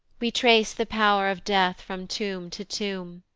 we trace the pow'r of death from tomb to tomb,